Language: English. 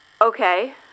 Okay